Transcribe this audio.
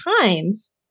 times